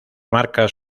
marcas